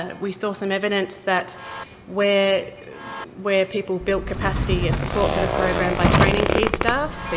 ah we saw some evidence that where where people built capacity and support for the program by training key staff,